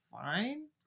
fine